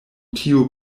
tiu